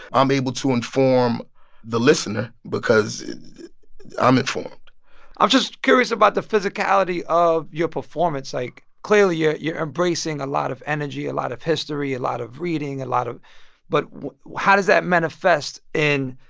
i'm able to inform the listener because i'm informed i'm just curious about the physicality of your performance. like, clearly, yeah you're embracing a lot of energy, a lot of history, a lot of reading, a lot of but how does that manifest in,